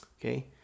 Okay